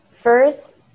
First